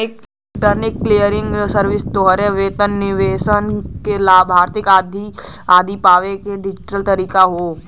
electronic clearing services तोहरे वेतन, निवेश से लाभांश आदि पावे क डिजिटल तरीका हौ